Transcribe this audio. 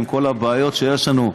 עם כל הבעיות שיש לנו,